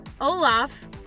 Olaf